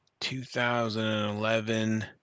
2011